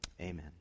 amen